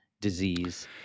disease